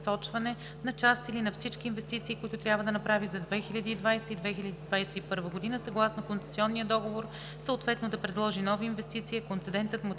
на част или на всички инвестиции, които трябва да направи за 2020-а и 2021 г. съгласно концесионния договор, съответно да предложи нови инвестиции, а концедентът